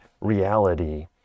reality